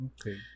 okay